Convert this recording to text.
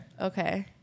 Okay